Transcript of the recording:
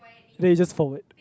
then you just forward